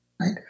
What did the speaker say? right